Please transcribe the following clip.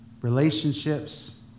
relationships